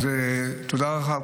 תודה לך.